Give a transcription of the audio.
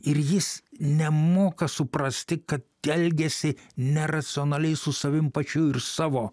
ir jis nemoka suprasti kad elgiasi neracionaliai su savim pačiu ir savo